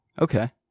Okay